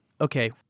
Okay